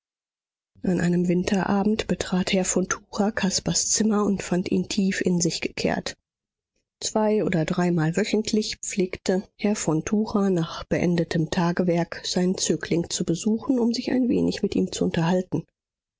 an einem winterabend betrat herr von tucher caspars zimmer und fand ihn tief in sich gekehrt zwei oder dreimal wöchentlich pflegte herr von tucher nach beendetem tagewerk seinen zögling zu besuchen um sich ein wenig mit ihm zu unterhalten